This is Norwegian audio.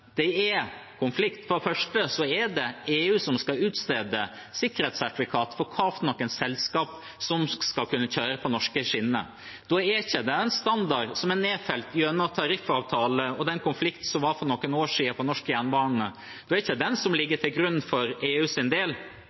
det er konflikt, er det for det første EU som skal utstede sikkerhetssertifikat for hvilke selskaper som skal kunne kjøre på norske skinner. Da er ikke det en standard som er nedfelt gjennom tariffavtale – og den konflikten som var for noen år siden på norsk jernbane – da er det ikke den som ligger til grunn for EUs del.